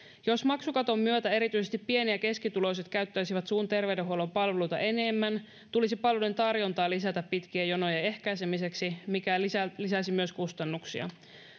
jos maksukaton myötä erityisesti pieni ja keskituloiset käyttäisivät suun terveydenhuollon palveluita enemmän tulisi palvelujen tarjontaa lisätä pitkien jonojen ehkäisemiseksi mikä lisäisi myös kustannuksia